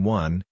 one